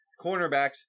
cornerbacks